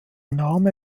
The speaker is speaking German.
name